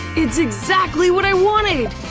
it's exactly what i wanted!